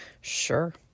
Sure